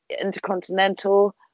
Intercontinental